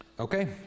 Okay